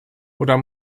oder